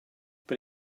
but